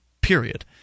period